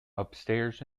upstairs